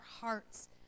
hearts